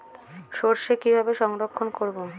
সরষে কিভাবে সংরক্ষণ করব?